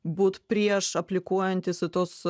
būt prieš aplikuojantis į tuos